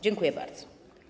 Dziękuję bardzo.